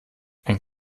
ein